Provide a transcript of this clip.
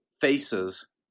faces